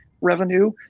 revenue